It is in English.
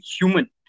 human